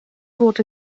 fod